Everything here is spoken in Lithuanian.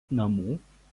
namų